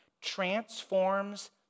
transforms